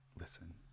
Listen